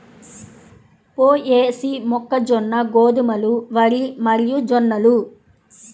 పొయేసీ, మొక్కజొన్న, గోధుమలు, వరి మరియుజొన్నలు